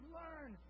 learn